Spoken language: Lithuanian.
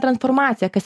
transformaciją kas